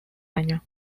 año